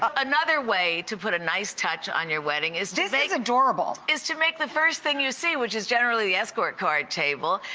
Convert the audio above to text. ah another way to put a nice touch on your wedding is this is adorable! is to make the first thing you see, which is generally the escort card table,